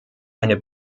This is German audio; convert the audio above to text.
eine